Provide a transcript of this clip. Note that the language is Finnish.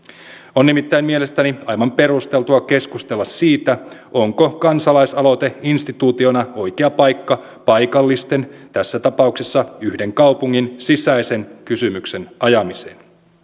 on nimittäin mielestäni aivan perusteltua keskustella siitä onko kansalaisaloite instituutiona oikea paikka paikallisten kysymysten tässä tapauksessa yhden kaupungin sisäisen kysymyksen ajamiseen